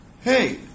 hey